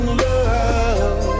love